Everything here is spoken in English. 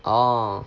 oh